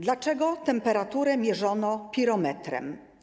Dlaczego temperaturę mierzono pirometrem?